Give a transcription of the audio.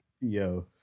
Yo